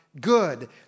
good